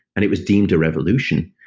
and it was deemed a revolution.